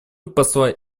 посла